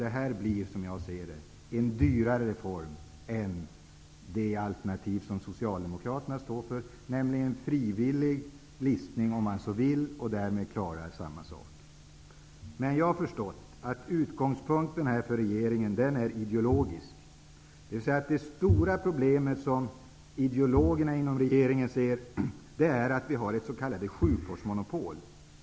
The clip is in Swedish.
Det blir som jag ser det en dyrare form än det alternativ som Socialdemokraterna står för, nämligen frivillig listning för dem som så vill -- därmed skulle man klara samma sak. Men jag har förstått att regeringens utgångspunkt är ideologisk -- det stora problem som ideologerna inom regeringen ser är att vi har ett s.k. sjukvårdsmonopol.